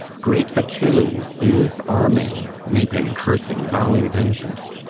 great achilles is arming, weeping, cursing, vowing vengeance.